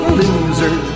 loser